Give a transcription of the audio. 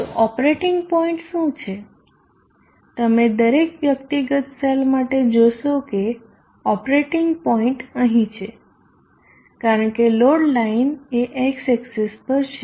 તો operating point શું છે તમે દરેક વ્યક્તિગત સેલ માટે જોશો કે ઓપરેટિંગ પોઈન્ટ અહીં છે કારણ કે લોડ લાઇન એ X એક્સીસ પર છે